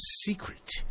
secret